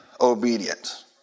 obedient